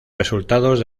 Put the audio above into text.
resultados